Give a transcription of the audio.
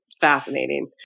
fascinating